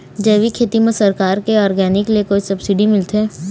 जैविक खेती म सरकार के ऑर्गेनिक ले कोई सब्सिडी मिलथे का?